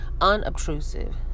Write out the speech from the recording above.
unobtrusive